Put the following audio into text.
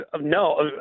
no